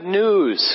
news